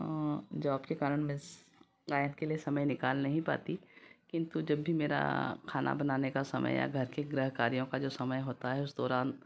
job के कारण बस गायन के लिए समय निकाल नहीं पाती किन्तु जब भी मेरा खाना बनाने का समय या घर के गृह कार्यों का जो समय होता है उस दौरान